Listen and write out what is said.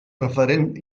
referent